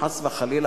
חס וחלילה,